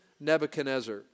Nebuchadnezzar